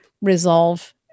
resolve